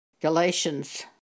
Galatians